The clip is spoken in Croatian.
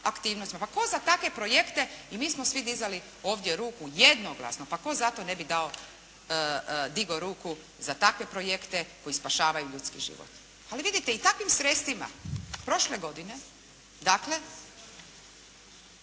Pa tko za takve projekte i mi smo svi dizali ovdje ruku jednoglasno, pa tko za to ne bi digao ruku za takve projekte koji spašavaju ljudski život. Vidite i takvim sredstvima prošle godine, dakle